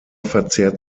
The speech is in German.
verzehrt